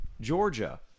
Georgia